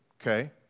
okay